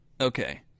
Okay